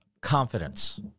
confidence